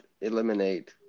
eliminate